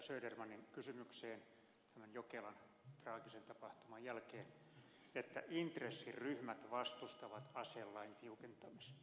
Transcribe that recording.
södermanin kysymykseen tämän jokelan traagisen tapahtuman jälkeen että intressiryhmät vastustavat aselain tiukentamista